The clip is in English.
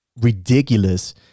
ridiculous